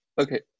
Okay